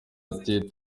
ati